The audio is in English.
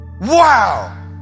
Wow